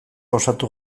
osatu